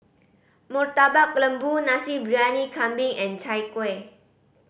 Murtabak Lembu Nasi Briyani Kambing and Chai Kueh